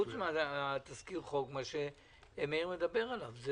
חוץ מתזכיר החוק שמאיר מדבר עליו.